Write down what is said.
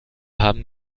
haben